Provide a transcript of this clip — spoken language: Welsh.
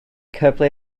cyfle